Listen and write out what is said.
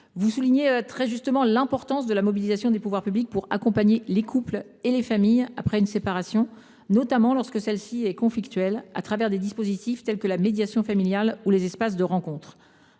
Vous soulignez très justement l’importance de la mobilisation des pouvoirs publics pour accompagner les couples et les familles après une séparation, notamment lorsque celle ci est conflictuelle, au travers de dispositifs tels que la médiation familiale ou les espaces de rencontres.